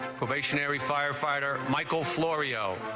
firefighter michael florio